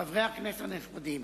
חברי הכנסת הנכבדים,